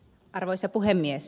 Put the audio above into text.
arvoisa puhemies